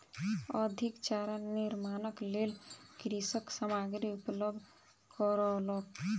अधिक चारा निर्माणक लेल कृषक सामग्री उपलब्ध करौलक